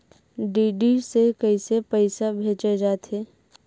DD से कइसे पईसा भेजे जाथे?